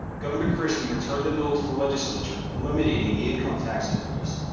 governor christie returned the bill to the legislature, eliminating the income tax increase,